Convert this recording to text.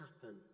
happen